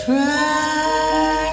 Try